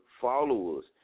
followers